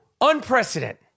Unprecedented